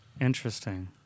Interesting